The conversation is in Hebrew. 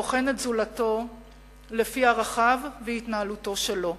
בוחן את זולתו לפי ערכיו והתנהלותו שלו.